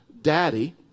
daddy